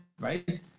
right